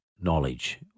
knowledge